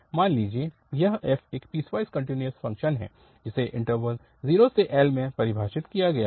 मान लीजिए यह f एक पीसवाइस कन्टिन्यूअस फ़ंक्शन है जिसे इन्टरवल 0L में परिभाषित किया गया है